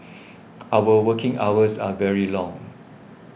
our working hours are very long